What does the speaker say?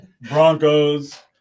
Broncos